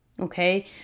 okay